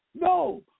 No